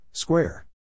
Square